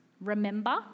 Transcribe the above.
Remember